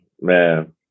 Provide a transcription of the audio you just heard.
Man